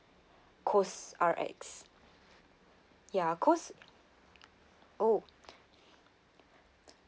Cosrx ya cos~ oh